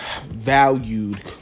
valued